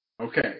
Okay